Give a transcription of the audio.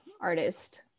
artist